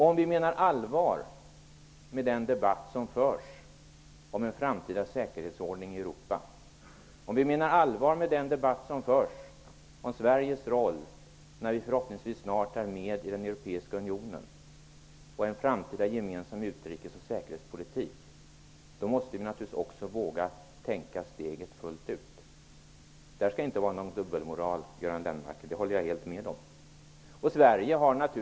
Om vi menar allvar med den debatt som förs om en framtida säkerhetsordning i Europa, Sveriges roll -- när vi förhoppningsvis snart är med i den europeiska unionen -- och en framtida gemensam utrikes och säkerhetspolitik måste vi naturligtvis också våga tänka oss att ta steget fullt ut. Det skall inte vara någon dubbelmoral, Göran Lennmarker. Det håller jag helt med om.